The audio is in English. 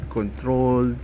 control